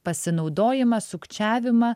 pasinaudojimą sukčiavimą